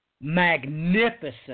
magnificent